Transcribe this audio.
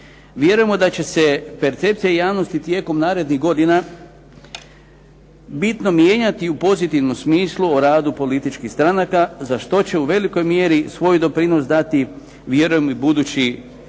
Vjerujemo da će se percepcija javnosti tijekom narednih godina bitno mijenjati u pozitivnom smislu o radu političkih stranaka za što će u velikoj mjeri svoj doprinos dati vjerujem i budući nalazi